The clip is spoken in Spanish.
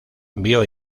vio